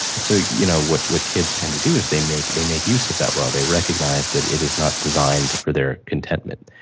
and so you know what what kids tend to do is they make they make use of that world, they recognise that it is not designed for their contentment,